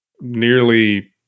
nearly